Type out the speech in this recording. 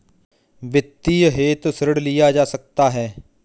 वित्तीयन हेतु ऋण लिया जा सकता है